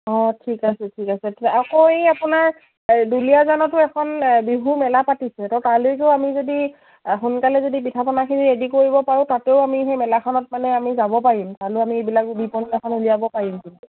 অঁ ঠিক আছে ঠিক আছে আকৌ এই আপোনাৰ দুলীয়াজানতো এখন বিহু মেলা পাতিছে ত' কাইলৈও আমি যদি সোনকালে যদি পিঠা পনাখিনি ৰেডি কৰিব পাৰোঁ তাতেও আমি সেই মেলাখনত মানে আমি যাব পাৰিম তালৈও আমি এইবিলাক উলিয়াব পাৰিম